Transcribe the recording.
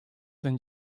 than